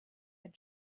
had